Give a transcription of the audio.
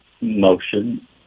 motion